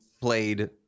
played